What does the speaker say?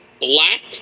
black